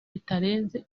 bitarenze